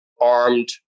armed